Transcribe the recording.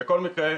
בכל מקרה,